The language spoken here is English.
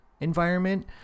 environment